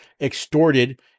extorted